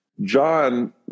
John